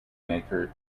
maker